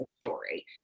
story